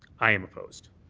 i am opposed.